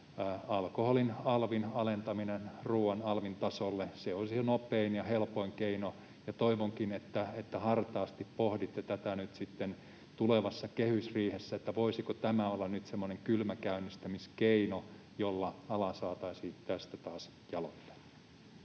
alkoholin alvin alentaminen ruoan alvin tasolle. Se olisi se nopein ja helpoin keino, ja toivonkin, että hartaasti pohditte nyt sitten tulevassa kehysriihessä, voisiko tämä olla nyt semmoinen kylmäkäynnistämiskeino, jolla ala saataisiin tästä taas jaloilleen.